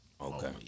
Okay